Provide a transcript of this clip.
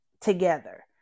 together